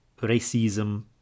Racism